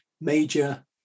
major